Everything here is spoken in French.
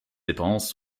dépenses